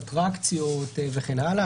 אטרקציות וכן הלאה,